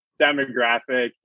demographic